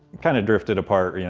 kind of drifted apart. you know,